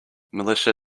militia